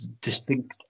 distinct